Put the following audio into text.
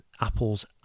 Apple's